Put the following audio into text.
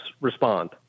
respond